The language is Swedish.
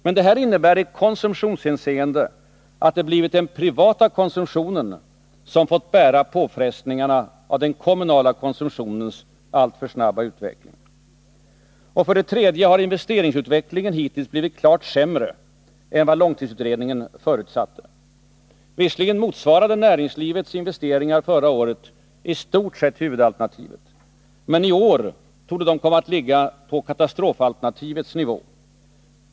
Men detta innebär i konsumtionshänseende att det blivit den privata konsumtionen som fått bära påfrestningarna av den kommunala konsumtionens alltför snabba utveckling. För det tredje har investeringsutvecklingen hittills blivit klart sämre än vad långtidsutredningen förutsatte. Visserligen motsvarade näringslivets investeringar förra året i stort sett huvudalternativet, men i år torde de ligga på katastrofalternativets nivå.